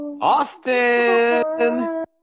Austin